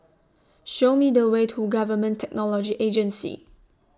Show Me The Way to Government Technology Agency